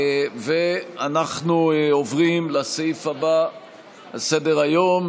אנחנו עוברים לסעיף הבא על סדר-היום,